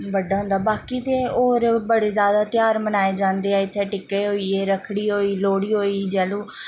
बड्डा होंदा बाकी ते होर बड़े ज्यादा ध्यार मनाए जंदे इत्थें टिक्का होई गेआ रक्खड़ी होई लोह्ड़ी होई जैल्लू